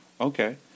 Okay